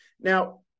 Now